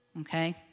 okay